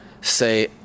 say